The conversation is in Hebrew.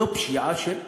זו פשיעה של הריבון,